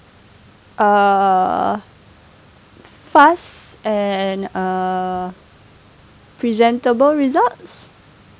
err fast and err presentable results